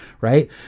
right